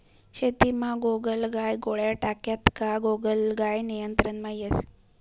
शेतीमा गोगलगाय गोळ्या टाक्यात का गोगलगाय नियंत्रणमा येस